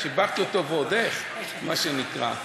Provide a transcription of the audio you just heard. שיבחתי אותו ועוד איך, מה שנקרא.